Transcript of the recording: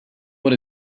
what